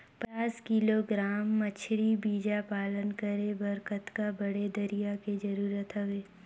पचास किलोग्राम मछरी बीजा पालन करे बर कतका बड़े तरिया के जरूरत हवय?